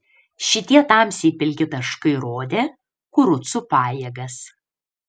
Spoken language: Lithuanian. šitie tamsiai pilki taškai rodė kurucų pajėgas